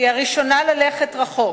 היא הראשונה ללכת רחוק.